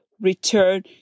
return